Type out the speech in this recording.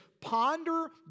Ponder